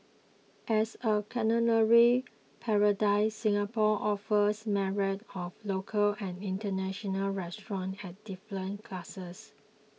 as a culinary paradise Singapore offers myriad of local and international restaurants at different classes